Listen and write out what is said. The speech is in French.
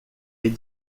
est